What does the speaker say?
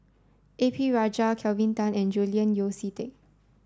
A P Rajah Kelvin Tan and Julian Yeo See Teck